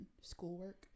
schoolwork